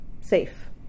safe